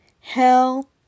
hell